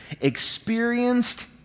experienced